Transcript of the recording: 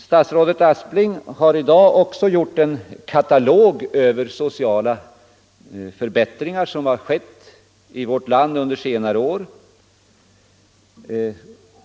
Statsrådet Aspling har i dag gjort en katalog över sociala förbättringar som har skett i vårt land under senare år.